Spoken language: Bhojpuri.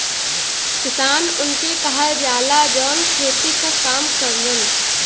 किसान उनके कहल जाला, जौन खेती क काम करलन